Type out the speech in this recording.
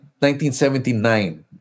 1979